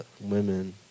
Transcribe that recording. women